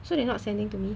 so they not sending to me